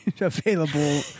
available